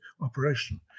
operation